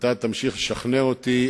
ואתה תמשיך לשכנע אותי,